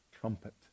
trumpet